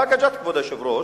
באקה-ג'ת, כבוד היושב-ראש,